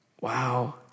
Wow